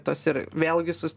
tos ir vėlgi su